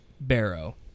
Barrow